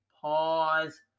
Pause